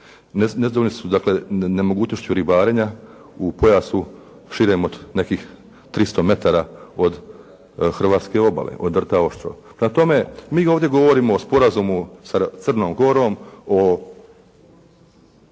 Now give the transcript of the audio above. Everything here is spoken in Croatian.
dakle nemogućnošću ribarenja u pojasu širem od nekih 300 metara od hrvatske obale, od rta Oštro. Prema tome, mi ovdje govorimo o sporazumu sa Crnom Gorom o